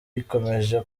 ikomeje